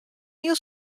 hiel